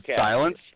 Silence